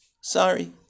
sorry